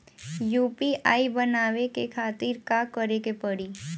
UPI बनावे के खातिर का करे के पड़ी?